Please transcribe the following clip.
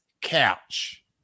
couch